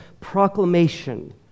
proclamation